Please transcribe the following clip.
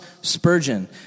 Spurgeon